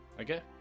Okay